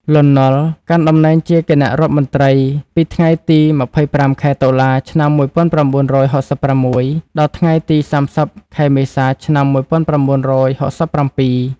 លន់ នល់ កាន់តំណែងជាគណៈរដ្ឋមន្ត្រីពីថ្ងៃទី ២៥ ខែតុលា ឆ្នាំ១៩៦៦ ដល់ថ្ងៃទី ៣០ ខែមេសា ឆ្នាំ១៩៦៧។